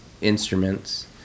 instruments